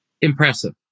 impressive